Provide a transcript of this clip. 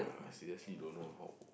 I seriously don't know how